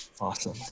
Awesome